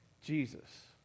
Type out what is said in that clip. Jesus